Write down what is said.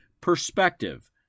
PERSPECTIVE